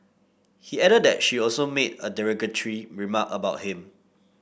he added that she also made a derogatory remark about him